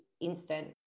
instant